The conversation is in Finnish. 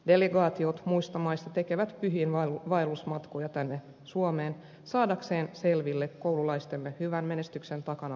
delegaatiot muista maista tekevät pyhiinvaellusmatkoja tänne suomeen saadakseen selville koululaistemme hyvän menestyksen takana olevan mysteerin